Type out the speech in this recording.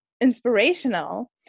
inspirational